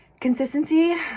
consistency